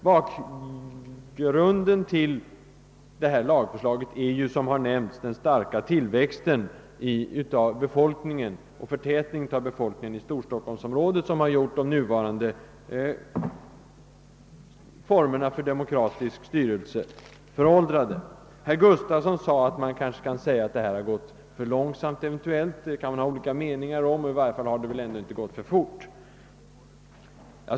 Bakgrunden till lagförslaget är som nämnts den starka befolkningstillväxten och befolkningsförtätningen i stockholmsområdet som gjort de nuvarande formerna för demokratisk styrelse föråldrade. Herr Gustafsson i Barkarby sade att man kanske kan tycka att det gått för långsamt. Man kan ha olika meningar om saken, sade han, men det har i varje fall inte gått för fort.